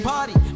Party